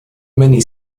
mini